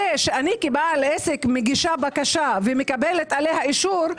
זה שאני כבעלת עסק מגישה בקשה ומקבלת עליה אישור,